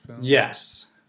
Yes